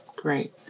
Great